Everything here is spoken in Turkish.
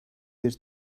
bir